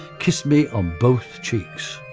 kissed me on both cheeks.